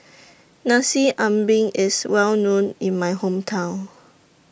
Nasi Ambeng IS Well known in My Hometown